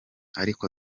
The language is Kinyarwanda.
ariko